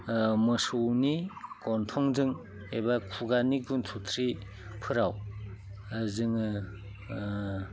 मोसौनि गन्थंजों एबा खुगानि गुन्थुथ्रिफोराव जोङो